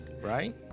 Right